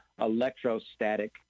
electrostatic